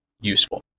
useful